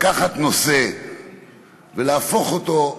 לקחת נושא ולהפוך אותו,